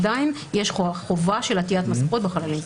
עדיין יש חובת עטיית מסכות בחללים סגורים.